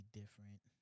different